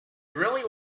really